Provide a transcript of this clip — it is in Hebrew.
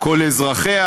כל אזרחיה,